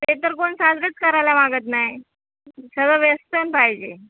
ते तर कोण साजरेच करायला मागत नाही सगळं वेस्टर्न पाहिजे